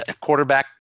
quarterback